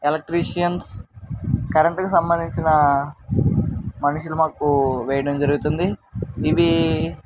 electricians కరెంటుకి సంబంధించిన మనుషులు మాకు వేయడం జరుగుతుంది ఇవి